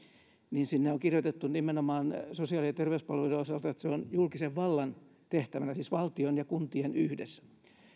niin sinne on kirjoitettu nimenomaan sosiaali ja terveyspalveluiden osalta että se on julkisen vallan tehtävänä siis valtion ja kuntien yhdessä